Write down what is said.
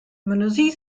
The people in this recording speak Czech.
mnozí